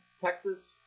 Texas